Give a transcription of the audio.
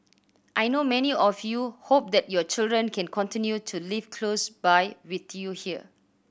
I know many of you hope that your children can continue to live close by with you here